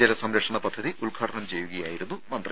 ജലസംരക്ഷണ പദ്ധതി ഉദ്ഘാടനം ചെയ്യുകയായിരുന്നു മന്ത്രി